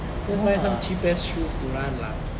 just buy some cheap ass shoes to run lah